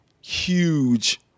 huge